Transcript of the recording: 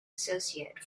associate